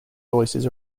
voices